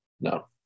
No